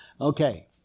Okay